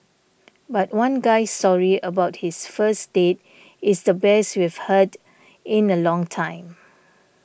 but one guy's story about his first date is the best we've heard in a long time